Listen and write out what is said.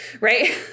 Right